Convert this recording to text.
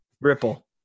Ripple